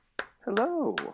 Hello